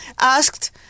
asked